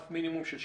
כרף מינימום.